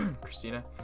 Christina